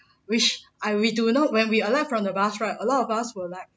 which I we do not when we alight from the bus right a lot of us were like